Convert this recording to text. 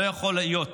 לא יכול להיות